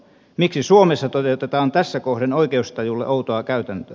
miksi suomessa toteutetaan tässä kohden oikeustajulle outoa käytäntöä